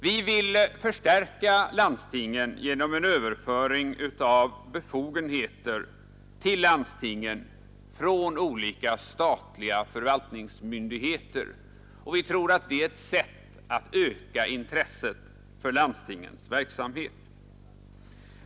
Vi vill förstärka landstingen genom en överföring av befogenheter till landstingen från olika statliga förvaltningsmyndigheter, och vi tror att det är ett sätt att öka intresset för landstingens verksamhet.